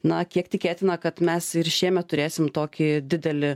na kiek tikėtina kad mes ir šiemet turėsim tokį didelį